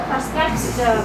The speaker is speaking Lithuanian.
ar skelbsite